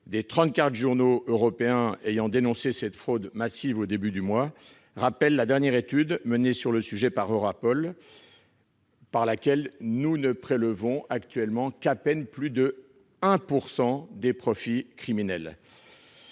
journaux européens qui ont dénoncé cette fraude massive au début du mois, rappelle la dernière étude menée sur le sujet par Europol, selon laquelle nous ne confisquons actuellement qu'à peine plus de 1 % des profits criminels.